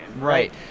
Right